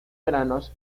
veranos